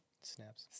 snaps